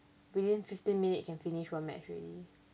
within fifteen minute can finish one match already